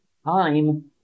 time